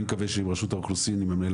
אני מקווה שרשות האוכלוסין עם המנהל